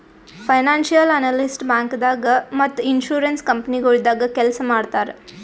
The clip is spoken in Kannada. ಫೈನಾನ್ಸಿಯಲ್ ಅನಲಿಸ್ಟ್ ಬ್ಯಾಂಕ್ದಾಗ್ ಮತ್ತ್ ಇನ್ಶೂರೆನ್ಸ್ ಕಂಪನಿಗೊಳ್ದಾಗ ಕೆಲ್ಸ್ ಮಾಡ್ತರ್